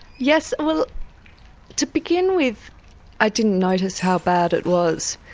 yes, well to begin with i didn't notice how bad it was.